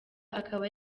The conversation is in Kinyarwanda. akaba